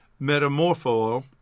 Metamorpho